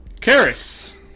Karis